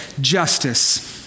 Justice